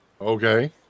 Okay